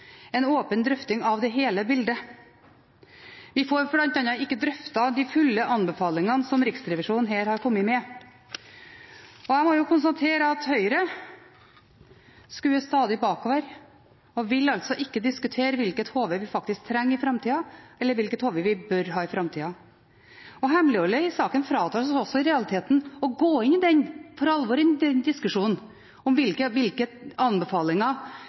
en åpen drøfting av hele bildet. Vi får bl.a. ikke drøftet de fulle anbefalingene som Riksrevisjonen her har kommet med. Jeg må konstatere at Høyre stadig skuer bakover og vil ikke diskutere hvilket HV vi faktisk trenger i framtida – eller hvilket HV vi bør ha i framtida. Hemmeligholdet i saken fratar oss i realiteten for alvor å gå inn i diskusjonen om hvilke anbefalinger